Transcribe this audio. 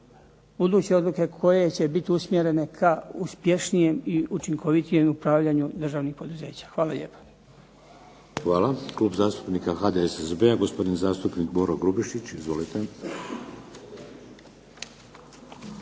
buduće odluke koje će biti usmjerene ka uspješnijem i učinkovitijem upravljanju državnih poduzeća. Hvala lijepa. **Šeks, Vladimir (HDZ)** Hvala. Klub zastupnika HDSSB-a, gospodin zastupnik Boro Grubišić. Izvolite.